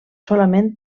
solament